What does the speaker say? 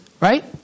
right